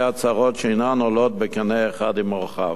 ההצהרות שאינן עולות בקנה אחד עם ערכיו.